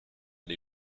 dei